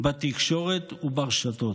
בתקשורת וברשתות,